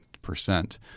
percent